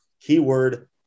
Keyword